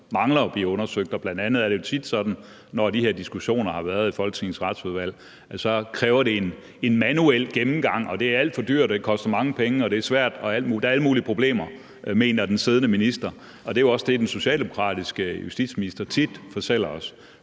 mangler at blive undersøgt. Bl.a. er det jo tit sådan, når de her diskussioner har været i Folketingets Retsudvalg, at så kræver det en manuel gennemgang, og det er alt for dyrt, koster mange penge, er svært, og der er alle mulige problemer, mener den siddende minister, og det er jo også det, den socialdemokratiske justitsminister tit fortæller os.